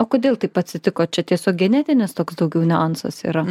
o kodėl taip atsitiko čia tiesiog genetinis toks daugiau niuansas yra